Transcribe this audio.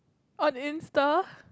on Insta